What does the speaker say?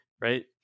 right